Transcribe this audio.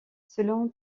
selon